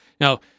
Now